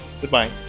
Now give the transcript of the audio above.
Goodbye